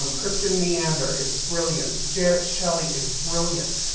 um kristen neander is brilliant. janet shelley is brilliant.